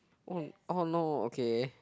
oh oh no okay